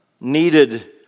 needed